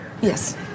Yes